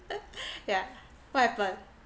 yeah what happen